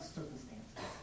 circumstances